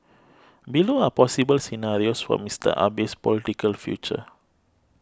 below are possible scenarios for Mister Abe's political future